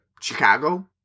Chicago